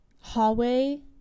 hallway